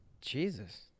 Jesus